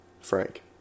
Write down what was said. Frank